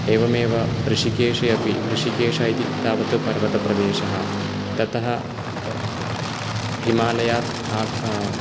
एवमेव ऋषिकेशे अपि ऋषिकेशः इति तावत् पर्वतप्रदेशः ततः हिमालयात् आग्